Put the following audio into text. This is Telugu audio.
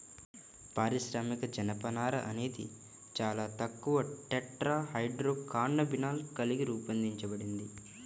పారిశ్రామిక జనపనార అనేది చాలా తక్కువ టెట్రాహైడ్రోకాన్నబినాల్ కలిగి రూపొందించబడింది